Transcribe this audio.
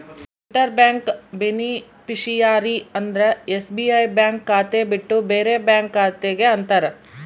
inter bank beneficiary ಅಂದ್ರ SBI bank ಖಾತೆ ಬಿಟ್ಟು ಬೇರೆ ಬ್ಯಾಂಕ್ ಖಾತೆ ಗೆ ಅಂತಾರ